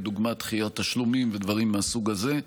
דוגמת דחיית תשלומים ודברים מהסוג הזה,